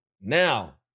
Now